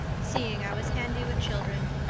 seeing i was handy with children,